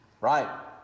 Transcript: Right